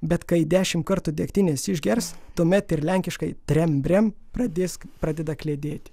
bet kai dešimt kartų degtinės išgers tuomet ir lenkiškai trem brem pradės pradeda kliedėti